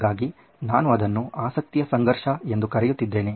ಹಾಗಾಗಿ ನಾನು ಅದನ್ನು ಆಸಕ್ತಿಯ ಸಂಘರ್ಷ ಎಂದು ಕರೆಯುತ್ತಿದ್ದೇನೆ